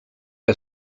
que